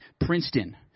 Princeton